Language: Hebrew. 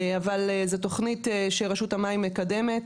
אבל, זו תכנית שרשות המים מקדמת,